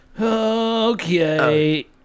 Okay